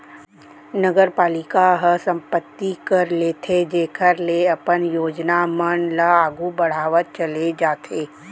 नगरपालिका ह संपत्ति कर लेथे जेखर ले अपन योजना मन ल आघु बड़हावत चले जाथे